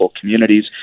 communities